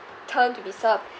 turn to be served